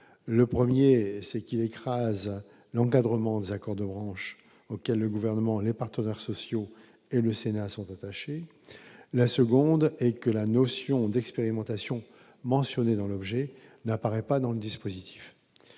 : le 1er c'est qu'il écrase l'encadrement des accords de branche, auquel le gouvernement et les partenaires sociaux et le Sénat sont attachés, la seconde est que la notion d'expérimentation mentionné dans l'objet n'apparaît pas dans le dispositif,